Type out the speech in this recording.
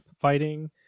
fighting